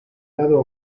lado